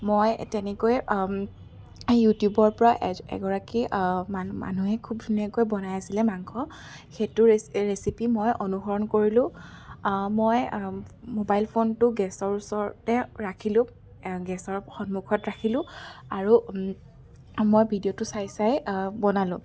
মই তেনেকৈয়ে ইউটিউবৰ পৰা এ এগৰাকী মানুহে খুব ধুনীয়াকৈ বনাই আছিলে মাংস সেইটো ৰে ৰেচিপি মই অনুসৰণ কৰিলোঁ মই মোবাইল ফোনটো গেছৰ ওচৰৰতে ৰাখিলোঁ গেছৰ সন্মুখত ৰাখিলোঁ আৰু মই ভিডিঅ'টো চাই চাই বনালোঁ